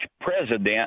president